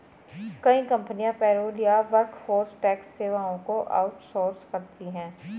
कई कंपनियां पेरोल या वर्कफोर्स टैक्स सेवाओं को आउट सोर्स करती है